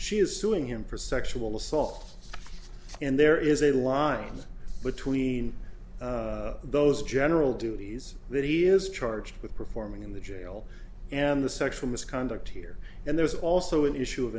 is suing him for sexual assault and there is a line between those general duties that he is charged with performing in the jail and the sexual misconduct here and there's also an issue of